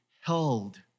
held